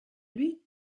lui